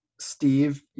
Steve